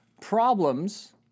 problems